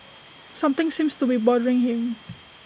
something seems to be bothering him